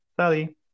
Sally